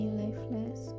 lifeless